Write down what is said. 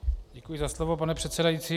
Děkuji za slovo, pane předsedající.